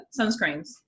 sunscreens